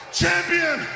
champion